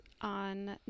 on